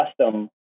custom